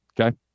Okay